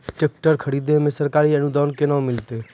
Tractor खरीदै मे सरकारी अनुदान केना मिलतै?